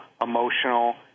emotional